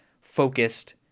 focused